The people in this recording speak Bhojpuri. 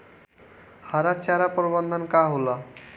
हरा चारा प्रबंधन का होला?